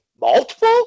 Multiple